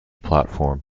platform